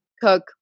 cook